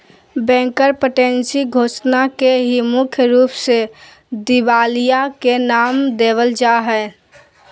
bankruptcy घोषणा के ही मुख्य रूप से दिवालिया के नाम देवल जा हय